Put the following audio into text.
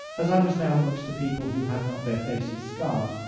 as i was now amongst a people who had not their faces scarred,